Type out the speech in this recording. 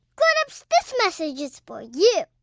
grown-ups, this message is for you